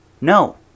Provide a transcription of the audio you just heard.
No